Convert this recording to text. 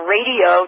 Radio